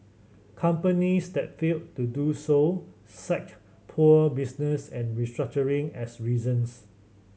companies that failed to do so cited poor business and restructuring as reasons